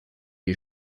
les